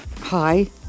Hi